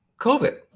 COVID